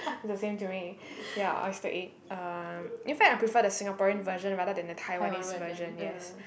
it's the same to me ya oyster egg um in fact I prefer the Singaporean version rather than the Taiwanese version yes